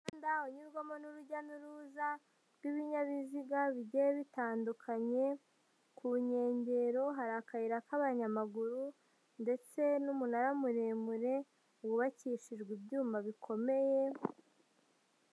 Umuhanda unyurwamo n'urujya n'uruza, rw'ibinyabiziga bigiye bitandukanye, ku nkengero hari akayira k'abanyamaguru, ndetse n'umunara muremure, wubakishijwe ibyuma bikomeye...